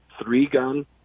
three-gun